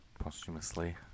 posthumously